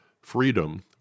freedom